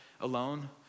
alone